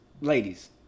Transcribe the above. ladies